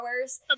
hours